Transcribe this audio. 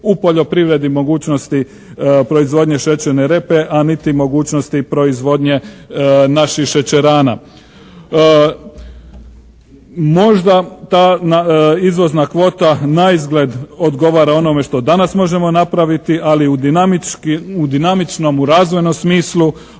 u poljoprivredi, mogućnosti proizvodnje šećerne repe a niti mogućnosti proizvodnje naših šećerana. Možda ta izvozna kvota naizgled odgovara onome što danas možemo napraviti ali u dinamičnom, u razvojnom smislu